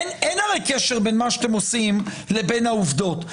אין הרי קשר בין מה שאתם עושים לבין העובדות.